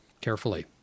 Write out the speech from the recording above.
Carefully